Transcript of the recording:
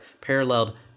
paralleled